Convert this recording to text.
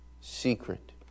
secret